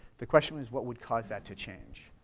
the question is, what would cause that to change?